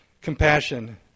Compassion